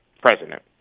president